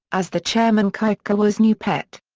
as the chairman kikukawa's new pet.